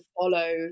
follow